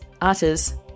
utters